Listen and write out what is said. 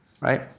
right